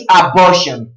abortion